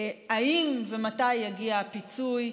האם ומתי יגיע הפיצוי.